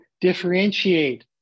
differentiate